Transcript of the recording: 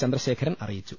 ചന്ദ്രശേഖരൻ അറിയിച്ചു